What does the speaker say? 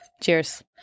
cheers